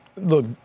look